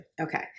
Okay